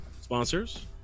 sponsors